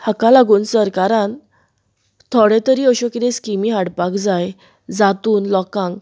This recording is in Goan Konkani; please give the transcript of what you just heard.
हाका लागून सरकारान थोडे तरी अश्यो स्कीमी हाडपाक जाय जातून लोकांक